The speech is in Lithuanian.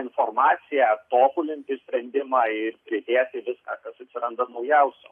informaciją tobulinti sprendimą ir pridėti viską kas atsiranda naujausio